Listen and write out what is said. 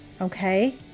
okay